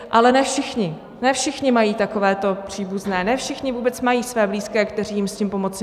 Ale ne všichni, ne všichni mají takovéto příbuzné, ne všichni vůbec mají své blízké, kteří jim s tím mohou pomoci.